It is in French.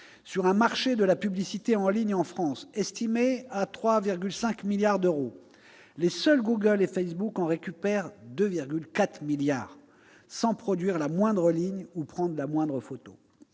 Sur un marché de la publicité en ligne en France estimé à 3,5 milliards d'euros, les seuls Google et Facebook en récupèrent 2,4 milliards, sans produire la moindre ligne ou la moindre photo.